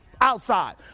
Outside